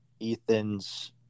Ethan's